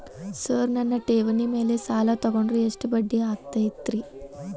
Sir ನನ್ನ ಠೇವಣಿ ಮೇಲೆ ಸಾಲ ತಗೊಂಡ್ರೆ ಎಷ್ಟು ಬಡ್ಡಿ ಆಗತೈತ್ರಿ?